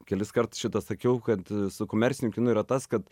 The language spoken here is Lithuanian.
keliskart šitą sakiau kad su komerciniu kinu yra tas kad